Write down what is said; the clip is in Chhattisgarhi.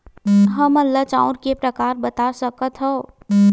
हमन ला चांउर के प्रकार बता सकत हव?